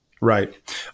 Right